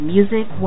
Music